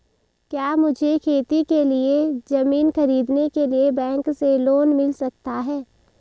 क्या मुझे खेती के लिए ज़मीन खरीदने के लिए बैंक से लोन मिल सकता है?